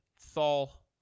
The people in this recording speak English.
Thal